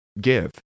give